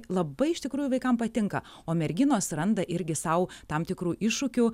labai iš tikrųjų vaikam patinka o merginos randa irgi sau tam tikrų iššūkių